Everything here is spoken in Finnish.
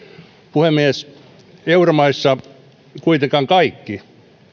puhemies euromaissa eivät kuitenkaan kaikki